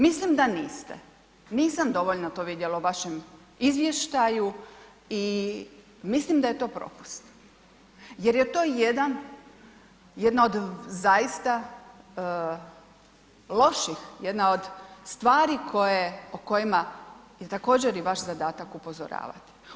Mislim da niste, nisam dovoljno to vidjela u vašem izvještaju i mislim da je to propust, jer je to jedan, jedna od zaista, loših, jedna od stvari, o kojima također je i vaš zadatak, upozorava.